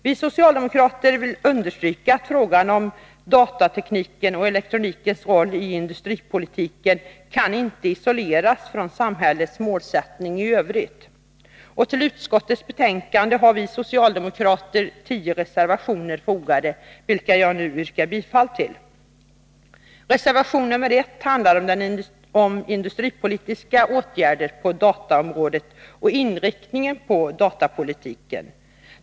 Vi socialdemokrater vill understryka att frågan om datateknikens och elektronikens roll i industripolitiken inte kan isoleras från samhällets målsättning i övrigt. Till utskottets betänkande har vi socialdemokrater fogat tio reservationer, vilka jag nu yrkar bifall till. Reservation 1 handlar om industripolitiska åtgärder på dataområdet och inriktningen på datapolitiken.